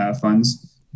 funds